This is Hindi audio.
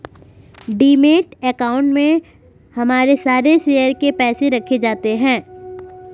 डिमैट अकाउंट में हमारे सारे शेयर के पैसे रखे जाते हैं